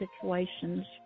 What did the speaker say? situations